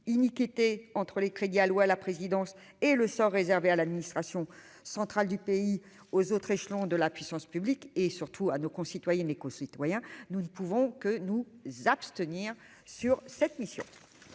iniquité entre les crédits alloués à la présidence et le sort réservé à l'administration centrale du pays aux autres échelons de la puissance publique et surtout à nos concitoyennes et concitoyens, nous ne pouvons que nous abstenir sur cette mission.